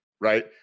right